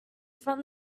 from